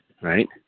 right